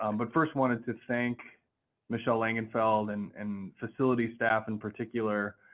um but first want to thank michelle langenfeld and and facility staff in particular,